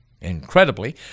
Incredibly